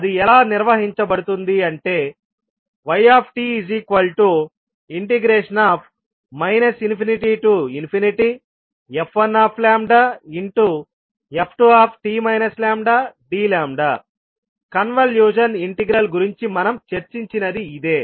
అది ఎలా నిర్వహించబడుతుంది అంటే yt ∞f1f2t λdλ convolution integral గురించి మనం చర్చించినది ఇదే